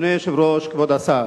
אדוני היושב-ראש, כבוד השר,